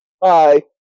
Bye